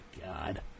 god